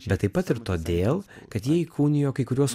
bet taip pat ir todėl kad jie įkūnijo kai kuriuos